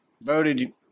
voted